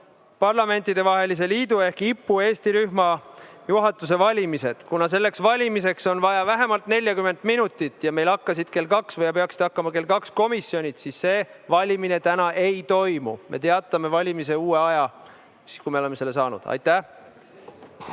täna Parlamentidevahelise Liidu ehk IPU Eesti rühma juhatuse valimine. Kuna valimiseks on vaja vähemalt 40 minutit ja meil hakkasid kell kaks või peaksid hakkama kell kaks komisjonide istungid, siis seda valimist täna ei toimu. Me teatame valimise uue aja siis, kui me oleme selle teada